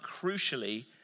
crucially